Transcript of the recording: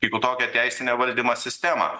kaipo tokią teisinę valdymo sistemą